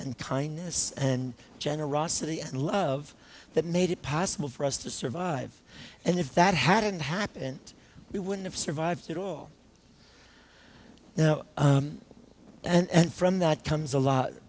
and kindness and generosity and love that made it possible for us to survive and if that hadn't happened we wouldn't have survived it all now and from that comes a lot